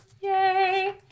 Yay